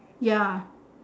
ya